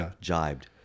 jibed